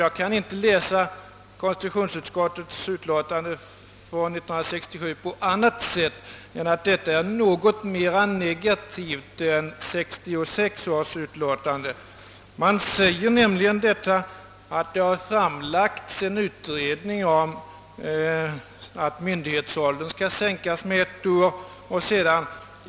Jag kan inte läsa konstitutionsutskottets utlåtande år 1967 på annat sätt än att detta är något mera negativt än 1966 års utlåtande. I årets utlåtande heter det att ett betänkande har framlagts, vari föreslås att myndighetsåldern skall sänkas med ett år.